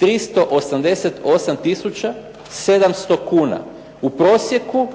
388 tisuća 700 kuna. U prosjeku,